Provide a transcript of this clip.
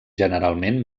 generalment